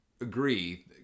agree